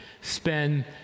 spend